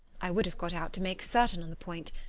i would have got out to make certain on the point,